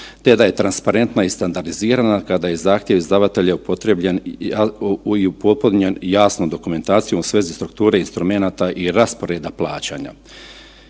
te da je transparentna i standardizirana kada je zahtjev izdavatelja upotrebljen i upotpunjen jasnom dokumentacijom u svezi strukture instrumenata i rasporeda plaćanja.